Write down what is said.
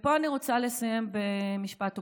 פה אני רוצה לסיים במשפט אופטימי: